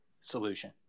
solution